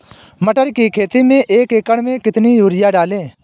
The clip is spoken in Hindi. मटर की खेती में एक एकड़ में कितनी यूरिया डालें?